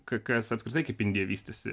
k kas apskritai kaip indija vystėsi